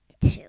Two